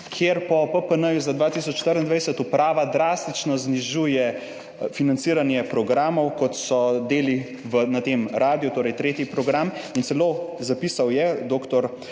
kjer po PPN za 2024 uprava drastično znižuje financiranje programov, kot so deli na tem radiu, torej tretji program. In dr.